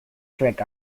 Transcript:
trek